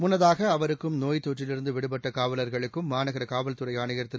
முன்னதாக அவருக்கும் நோய்த்தொற்றிலிருந்து விடுபட்ட காவலர்களுக்கும் மாநகர காவல்துறை ஆணையர் திரு